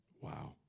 Wow